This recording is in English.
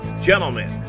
gentlemen